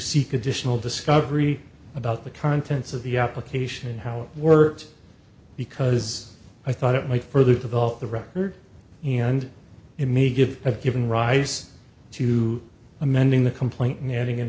seek additional discovery about the contents of the application and how it worked because i thought it might further develop the record and it may give a given rise to amending the complaint and adding an